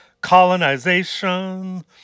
colonization